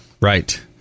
Right